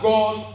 God